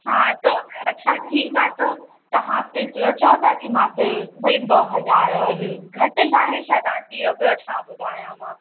हा त अच्छा ठीकु आहे त तहां फ़िर एतिरो चओ था की मूंखे भई ॿ हज़ार और घटि न आहे छा दादी अगरि छा ॿुधायां मां